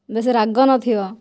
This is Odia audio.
ବେଶି ରାଗ ନଥିବ